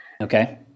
Okay